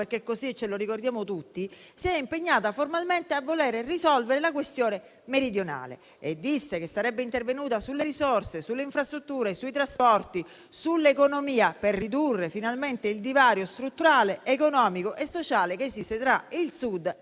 perché così lo ricordiamo tutti: si è impegnata formalmente a risolvere la questione meridionale, dicendo che sarebbe intervenuta sulle risorse, sulle infrastrutture, sui trasporti e sull'economia, per ridurre finalmente il divario strutturale, economico e sociale che esiste tra il Sud e il